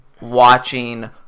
watching